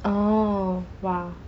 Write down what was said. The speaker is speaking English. oh !wah!